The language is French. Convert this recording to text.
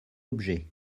objets